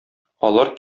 алар